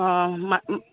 অঁ মা